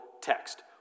text